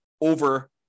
over